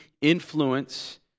influence